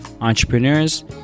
entrepreneurs